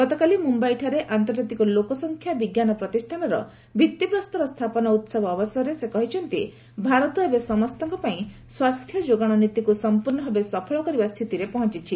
ଗତକାଲି ମୁମ୍ୟାଇଠାରେ ଆନ୍ତର୍ଜାତିକ ଲୋକସଂଖ୍ୟା ବିଜ୍ଞାନ ପ୍ରତିଷ୍ଠାନର ଭିଭିପ୍ରସ୍ତର ସ୍ଥାପନ ଉହବ ଅବସରରେ ସେ କହିଛନ୍ତି ଯେ ଭାରତ ଏବେ ସମସ୍ତଙ୍କ ପାଇଁ ସ୍ୱାସ୍ଥ୍ୟ ଯୋଗାଣ ନୀତିକୁ ସଫପୂର୍ଣ୍ଣ ଭାବେ ସଫଳ କରିବା ସ୍ଥିତିରେ ପହଞ୍ଚିଛି